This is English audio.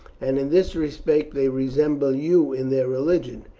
and in this respect they resemble you in their religion,